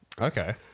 Okay